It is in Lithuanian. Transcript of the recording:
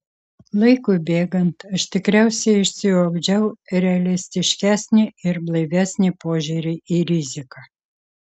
laikui bėgant aš tikriausiai išsiugdžiau realistiškesnį ir blaivesnį požiūrį į riziką